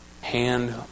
hand